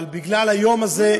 אבל בגלל היום הזה,